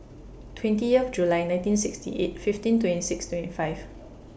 twenty of July nineteen sixty eight fifteen twenty six twenty five